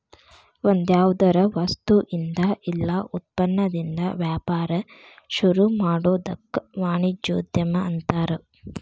ಒಂದ್ಯಾವ್ದರ ವಸ್ತುಇಂದಾ ಇಲ್ಲಾ ಉತ್ಪನ್ನದಿಂದಾ ವ್ಯಾಪಾರ ಶುರುಮಾಡೊದಕ್ಕ ವಾಣಿಜ್ಯೊದ್ಯಮ ಅನ್ತಾರ